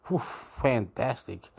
Fantastic